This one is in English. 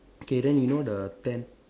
okay then you know the tent